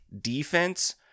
defense